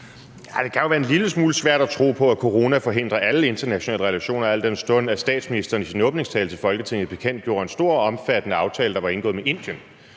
Det kan jo være en lille smule svært at tro på, at corona forhindrer alle internationale relationer, al den stund at statsministeren i sin åbningstale til Folketinget bekendtgjorde en stor og omfattende aftale, der var indgået med Indien.